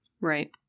Right